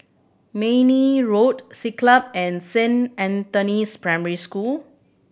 Mayne Road Siglap and Saint Anthony's Primary School